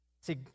See